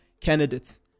candidates